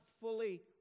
fully